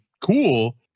cool